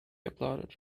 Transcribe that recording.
applauded